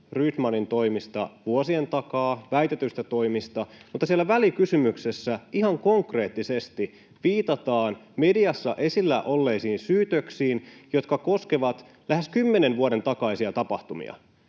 Rydmanin toimista vuosien takaa — väitetyistä toimista — mutta siellä välikysymyksessä ihan konkreettisesti viitataan mediassa esillä olleisiin syytöksiin, jotka koskevat lähes kymmenen vuoden takaisia tapahtumia.